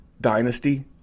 dynasty